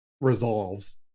resolves